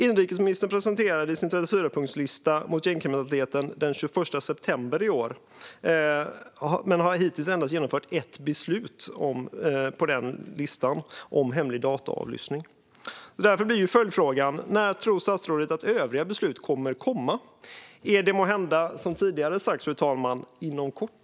Inrikesministern presenterade sin 34-punktslista mot gängkriminaliteten den 21 september i år men har hittills endast genomfört ett beslut på den listan, det om hemlig dataavlyssning. Därför blir min följdfråga: När tror statsrådet att övriga beslut kommer att komma? Är det måhända, som tidigare sagts, inom kort?